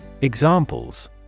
Examples